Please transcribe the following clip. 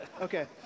Okay